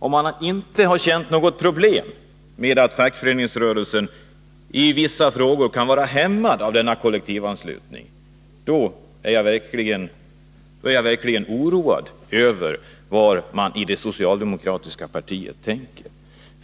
Om man inte har känt något problem med att fackföreningsrörelsen i vissa frågor kan vara hämmad av kollektivanslutningen, då är jag verkligen oroad över vad man i det socialdemokratiska partiet tänker.